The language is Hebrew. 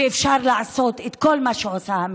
ואפשר לעשות בנו